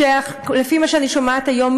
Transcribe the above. לפי מה שאני שומעת היום,